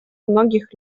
многих